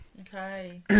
okay